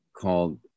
called